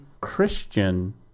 Christian